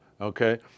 okay